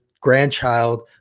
grandchild